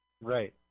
Right